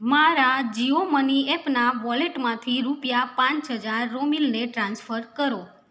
મારા જીઓ મની એપના વોલેટમાંથી રૂપિયા પાંચ હજાર રોમિલને ટ્રાન્સફર કરો